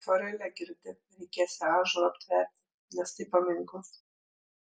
tvorelę girdi reikėsią ąžuolą aptverti nes tai paminklas